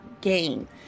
game